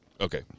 Okay